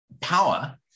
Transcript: power